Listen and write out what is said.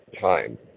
time